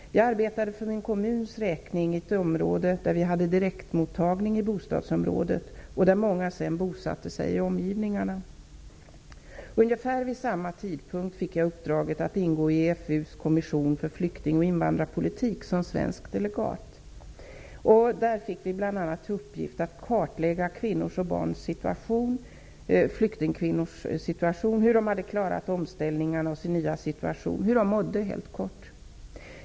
Jag arbetade för min kommuns räkning i ett område där vi hade direktmottagning i bostadsområdet, och många bosatte sig sedan i omgivningarna. Ungefär vid samma tidpunkt fick jag uppdraget att som svensk delegat ingå i EFU:s kommission för flykting och invandrarpolitik. Bl.a. fick vi i uppgift att kartlägga flyktingkvinnors och barns situation. Det gällde att kartlägga hur de hade klarat omställningen och sin nya situation -- hur de mådde helt kort.